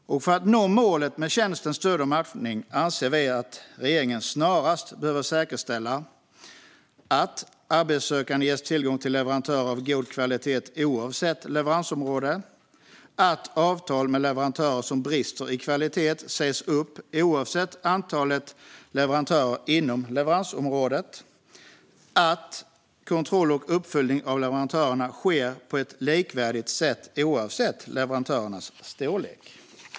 För att nå målet med tjänsten Stöd och matchning anser vi att regeringen snarast behöver säkerställa att arbetssökande ges tillgång till leverantörer av god kvalitet oavsett leveransområde, att avtal med leverantörer som brister i kvalitet sägs upp oavsett antalet leverantörer inom leveransområdet samt att kontroll och uppföljning av leverantörerna sker på ett likvärdigt sätt oavsett leverantörernas storlek.